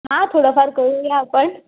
हां थोडा फार करूया आपण